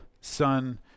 son